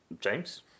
James